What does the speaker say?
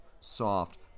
soft